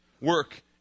work